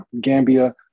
Gambia